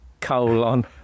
colon